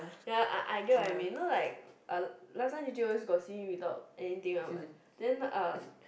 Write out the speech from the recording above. ya I I get what I mean you know like uh last time j_j always got see you without anything one right then um